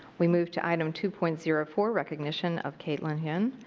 we move to item two point zero four, recognition of kaitlyn hyun.